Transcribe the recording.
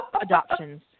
adoptions